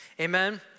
amen